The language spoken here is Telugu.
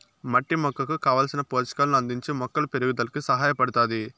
మట్టి మొక్కకు కావలసిన పోషకాలను అందించి మొక్కల పెరుగుదలకు సహాయపడుతాది